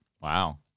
Wow